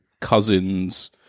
cousins